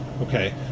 okay